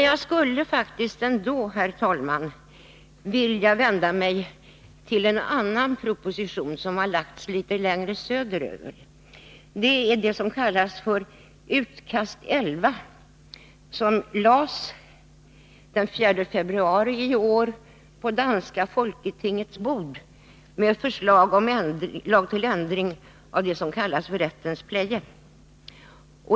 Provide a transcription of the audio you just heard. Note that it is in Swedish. Jag skulle dock inledningsvis först vilja ta upp en annan proposition, som har framlagts litet längre söderut. Det gäller det s.k. Utkast 11, som den 4 februari i år lades på danska folketingets bord, med förslag till ”rettens pleje”.